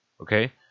okay